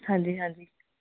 ਹਾਂਜੀ ਹਾਂਜੀ